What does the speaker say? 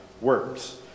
works